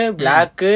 black